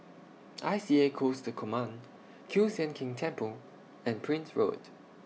I C A Coastal Command Kiew Sian King Temple and Prince Road